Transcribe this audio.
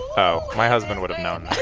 oh, my husband would've known that